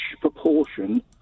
proportion